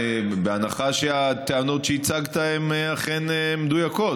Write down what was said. בהנחה שהטענות שהצגת הן אכן מדויקות,